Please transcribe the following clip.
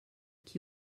qui